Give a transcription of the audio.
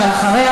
ואחריה,